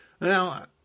now